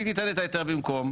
והיא תיתן את ההיתר במקום.